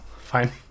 fine